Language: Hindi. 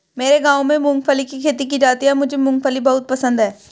मेरे गांव में मूंगफली की खेती की जाती है मुझे मूंगफली बहुत पसंद है